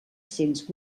cents